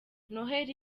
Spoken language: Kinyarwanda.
noheli